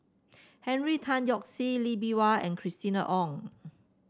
Henry Tan Yoke See Lee Bee Wah and Christina Ong